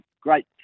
great